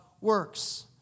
works